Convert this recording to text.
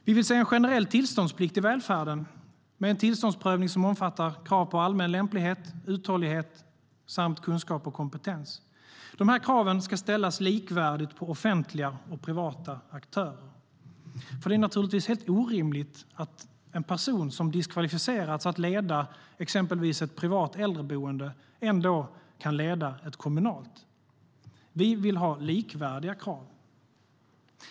Vi vill se en generell tillståndsplikt i välfärden, med en tillståndsprövning som omfattar krav på allmän lämplighet och uthållighet samt kunskap och kompetens. Kraven ska ställas likvärdigt på offentliga och privata aktörer, för det är naturligtvis helt orimligt att en person som diskvalificerats från att leda exempelvis ett privat äldreboende ändå kan leda ett kommunalt. Vi vill ha likvärdiga krav.